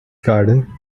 garden